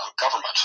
government